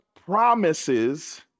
promises